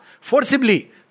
forcibly